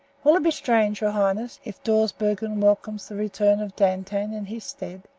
will it be strange, your highness, if dawsbergen welcomes the return of dantan in his stead?